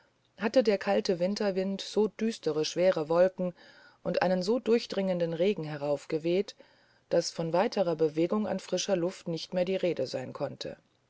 hatte der kalte winterwind so düstere schwere wolken und einen so durchdringenden regen heraufgeweht daß von weiterer bewegung in frischer luft nicht mehr die rede sein konnte